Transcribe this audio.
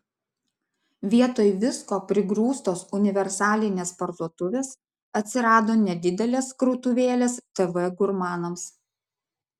vietoj visko prigrūstos universalinės parduotuvės atsirado nedidelės krautuvėlės tv gurmanams